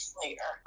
later